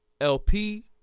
LP